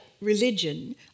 religion